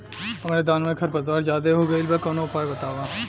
हमरे धान में खर पतवार ज्यादे हो गइल बा कवनो उपाय बतावा?